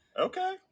Okay